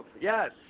Yes